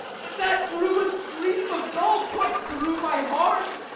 that drew a stream of gall quite through my heart.